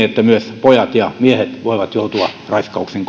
että myös pojat ja miehet voivat joutua raiskauksen